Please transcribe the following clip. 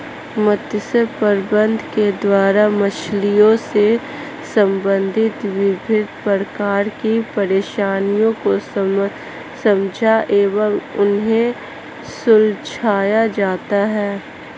मत्स्य प्रबंधन के द्वारा मछलियों से संबंधित विभिन्न प्रकार की परेशानियों को समझा एवं उन्हें सुलझाया जाता है